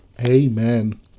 Amen